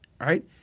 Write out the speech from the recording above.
right